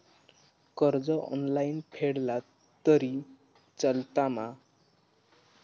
कर्ज ऑनलाइन फेडला तरी चलता मा?